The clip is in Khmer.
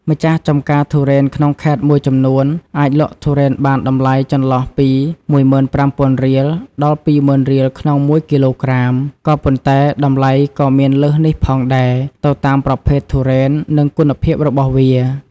ម្ចាស់ចម្ការទុរេនក្នុងខេត្តមួយចំនួន អាចលក់ទុរេនបានតម្លៃចន្លោះពី ១៥០០០រៀល ដល់ ២ម៉ឺនរៀលក្នុងមួយគីឡូក្រាម ក៏ប៉ុន្តែតម្លៃក៏មានលើសនេះផងដែរ ទៅតាមប្រភេទទុរេន និងគុណភាពរបស់វា។